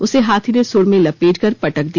उसे हाथी ने सुंड़ में लपेट कर पटक दिया